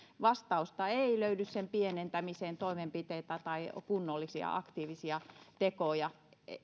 vastausta ei löydy toimenpiteitä sen pienentämiseen tai kunnollisia aktiivisia tekoja